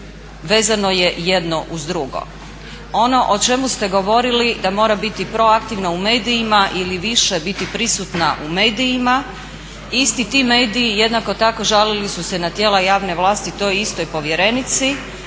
vezano je jedno uz drugo. Ono o čemu ste govorili da mora biti proaktivno u medijima ili više biti prisutna u medijima isti ti mediji jednako tako žalili su se na tijela javne vlasti toj istoj povjerenici